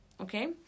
Okay